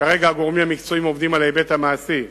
כרגע הגורמים המקצועיים עובדים על ההיבט המעשי,